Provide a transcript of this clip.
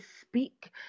speak